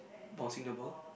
bouncing the ball